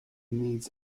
needs